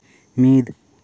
ᱢᱤᱫ